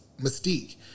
Mystique